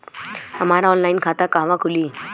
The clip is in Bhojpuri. हमार ऑनलाइन खाता कहवा खुली?